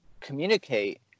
communicate